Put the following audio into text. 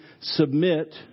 submit